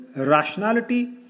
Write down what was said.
rationality